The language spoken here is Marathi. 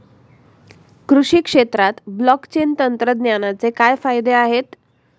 कृषी क्षेत्रात ब्लॉकचेन तंत्रज्ञानाचे काय फायदे आहेत?